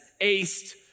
aced